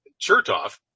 Chertoff